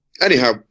anyhow